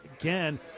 again